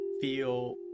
feel